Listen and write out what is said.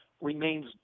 remains